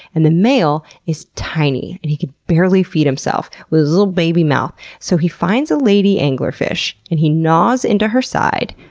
and the male is tiny. and he can barely feed himself with his little baby mouth. so, he finds a lady anglerfish and he gnaws into her side,